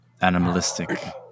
animalistic